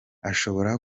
ashobora